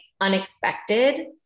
unexpected